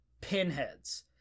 pinheads